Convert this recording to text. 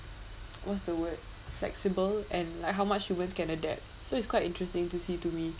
what's the word flexible and like how much humans can adapt so it's quite interesting to see to me